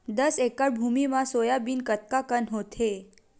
दस एकड़ भुमि म सोयाबीन कतका कन होथे?